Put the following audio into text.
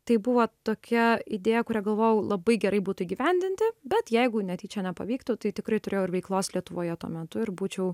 tai buvo tokia idėja kurią galvojau labai gerai būtų įgyvendinti bet jeigu netyčia nepavyktų tai tikrai turėjau ir veiklos lietuvoje tuo metu ir būčiau